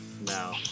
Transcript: No